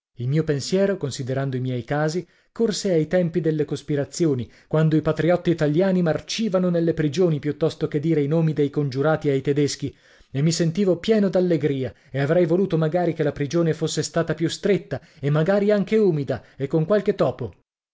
il mio pensiero considerando i miei casi corse ai tempi delle cospirazioni quando i patriotti italiani marcivano nelle prigioni piuttosto che dire i nomi dei congiurati ai tedeschi e mi sentivo pieno d'allegria e avrei voluto magari che la prigione fosse stata più stretta e magari anche umida e con qualche topo